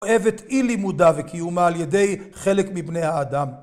אוהבת אי לימודה וקיומה על ידי חלק מבני האדם.